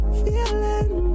feeling